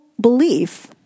belief